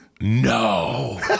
No